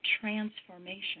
transformation